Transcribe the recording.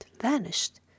vanished